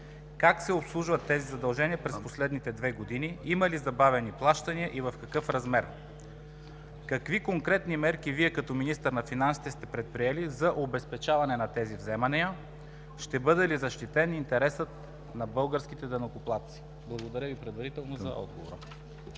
Как се обслужват тези задължения през последните две години, има ли забавени плащания и в какъв размер? Какви конкретни мерки Вие като министър на финансите сте предприели за обезпечаване на тези вземания? Ще бъде ли защитен интересът на българските данъкоплатци? Благодаря Ви предварително за отговора.